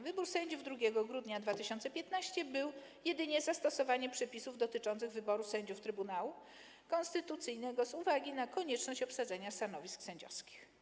Wybór sędziów 2 grudnia 2015 r. był jedynie zastosowaniem przepisów dotyczących wyboru sędziów Trybunału Konstytucyjnego z uwagi na konieczność obsadzenia stanowisk sędziowskich.